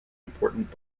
important